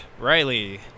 riley